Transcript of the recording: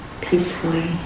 peacefully